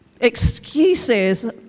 Excuses